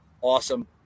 awesome